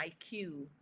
IQ